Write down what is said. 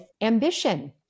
ambition